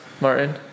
Martin